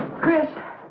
chris.